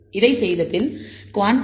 இதைச் செய்தபின் குவான்டைல்ஸ் 2